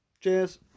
Cheers